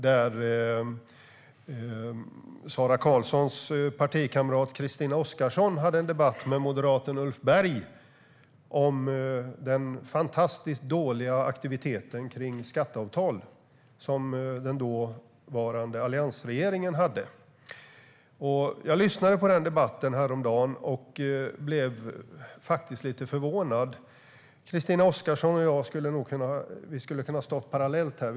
Då hade Sara Karlssons partikamrat Christina Oskarsson en debatt med moderaten Ulf Berg om den dåliga aktiviteten rörande skatteavtal i den dåvarande alliansregeringen. Jag lyssnade på den debatten häromdagen och blev faktiskt lite förvånad. Christina Oskarsson och jag skulle ha kunnat stå parallellt här.